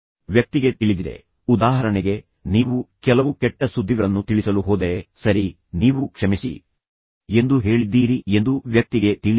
ವ್ಯಕ್ತಿಗೆ ತಿಳಿದಿದೆ ಉದಾಹರಣೆಗೆ ನೀವು ಕೆಲವು ಕೆಟ್ಟ ಸುದ್ದಿಗಳನ್ನು ತಿಳಿಸಲು ಹೋದರೆ ಸರಿ ನೀವು ಕ್ಷಮಿಸಿ ಎಂದು ಹೇಳಿದ್ದೀರಿ ಎಂದು ವ್ಯಕ್ತಿಗೆ ತಿಳಿದಿದೆ